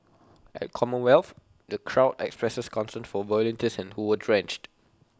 at commonwealth the crowd expressed concern for volunteers who were drenched